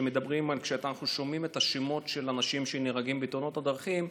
כשאנחנו שומעים את השמות של אנשים שנהרגים בתאונות הדרכים,